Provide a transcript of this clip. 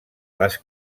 les